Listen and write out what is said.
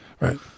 Right